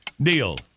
Deal